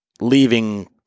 leaving